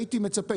הייתי מצפה,